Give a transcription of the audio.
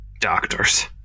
Doctors